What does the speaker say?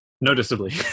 Noticeably